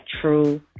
true